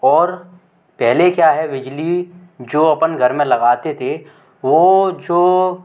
और पहले क्या है बिजली जो अपन घर में लगाते थे वो जो